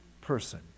person